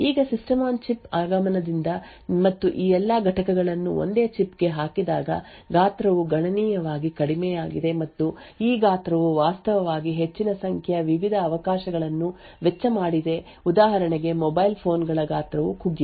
ಈಗ system on ಚಿಪ್ನ ಆಗಮನದಿಂದ ಮತ್ತು ಈ ಎಲ್ಲಾ ಘಟಕಗಳನ್ನು ಒಂದೇ ಚಿಪ್ ಗೆ ಹಾಕಿದಾಗ ಗಾತ್ರವು ಗಣನೀಯವಾಗಿ ಕಡಿಮೆಯಾಗಿದೆ ಮತ್ತು ಈ ಗಾತ್ರವು ವಾಸ್ತವವಾಗಿ ಹೆಚ್ಚಿನ ಸಂಖ್ಯೆಯ ವಿವಿಧ ಅವಕಾಶಗಳನ್ನು ವೆಚ್ಚ ಮಾಡಿದೆ ಉದಾಹರಣೆಗೆ ಮೊಬೈಲ್ ಫೋನ್ ಗಳ ಗಾತ್ರವು ಕುಗ್ಗಿದೆ